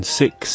six